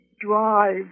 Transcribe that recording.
drive